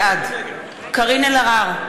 בעד קארין אלהרר,